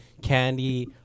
candy